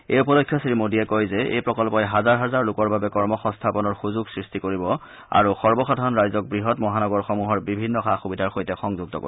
এই উপলক্ষে শ্ৰীমোদীয়ে কয় যে এই প্ৰকল্পই হাজাৰ হাজাৰ লোকৰ বাবে কৰ্মসংস্থাপনৰ সুযোগ সৃটি কৰিব আৰু সৰ্বসাধাৰণ ৰাইজক বৃহৎ মহানগৰসমূহৰ বিভিন্ন সা সুবিধাৰ সৈতে সংযুক্ত কৰিব